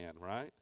right